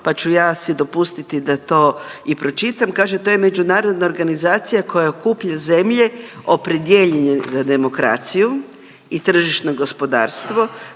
pa ću ja si dopustiti da to i pročitam. Kaže, to je međunarodna organizacija koja okuplja zemlje opredijeljene za demokraciju i tržišno gospodarstvo